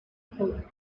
through